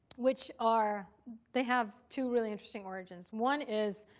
which are they have two really interesting origins. one is